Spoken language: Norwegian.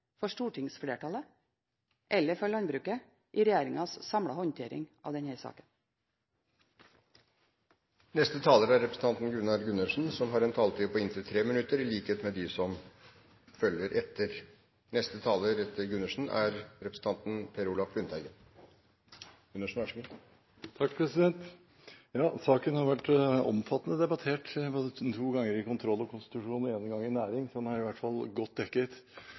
for stortingsflertallet eller for landbruket i regjeringens samlede håndtering av denne saken. De talere som heretter får ordet, har en taletid på inntil 3 minutter. Saken har vært omfattende debattert, to ganger i kontroll- og konstitusjonskomiteen og én gang i næringskomiteen, så den er i hvert fall godt dekket.